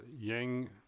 Yang